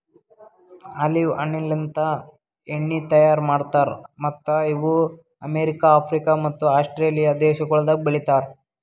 olive ಹಣ್ಣಲಿಂತ್ ಎಣ್ಣಿ ತೈಯಾರ್ ಮಾಡ್ತಾರ್ ಮತ್ತ್ ಇವು ಅಮೆರಿಕ, ಆಫ್ರಿಕ ಮತ್ತ ಆಸ್ಟ್ರೇಲಿಯಾ ದೇಶಗೊಳ್ದಾಗ್ ಬೆಳಿತಾರ್